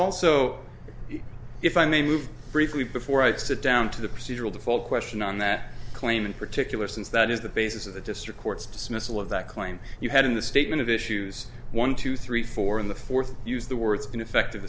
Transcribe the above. also if i may move briefly before i'd sit down to the procedural default question on that claim in particular since that is the basis of the district court's dismissal of that claim you had in the statement of issues one two three four in the fourth use the words ineffective